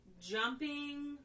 jumping